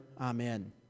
Amen